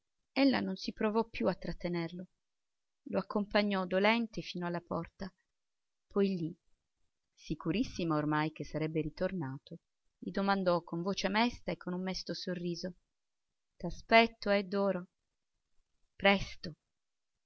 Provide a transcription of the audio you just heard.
andare ella non si provò più a trattenerlo lo accompagnò dolente fino alla porta poi lì sicurissima ormai che sarebbe ritornato gli domandò con voce mesta e con un mesto sorriso t'aspetto eh doro presto